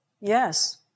Yes